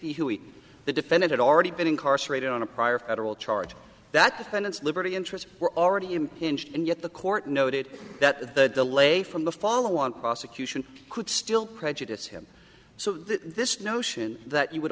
we the defendant had already been incarcerated on a prior federal charge that defendant's liberty interest were already impinged and yet the court noted that the delay from the follow on prosecution could still prejudice him so this notion that you would